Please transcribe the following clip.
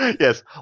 yes